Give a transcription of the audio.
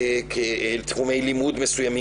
תחומי לימוד מסוימים,